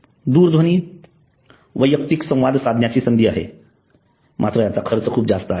दूरध्वनी वैयक्तिक संवाद साधण्याची संधी आहे मात्र याचा खर्च जास्त आहे